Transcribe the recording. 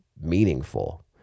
meaningful